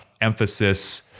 emphasis